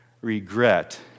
regret